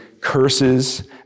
curses